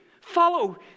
Follow